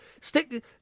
stick